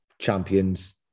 champions